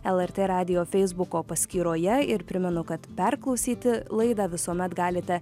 lrt radijo feisbuko paskyroje ir primenu kad perklausyti laidą visuomet galite